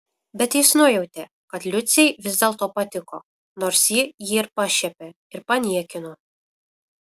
bet jis nujautė kad liucei vis dėlto patiko nors ji jį ir pašiepė ir paniekino